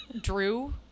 drew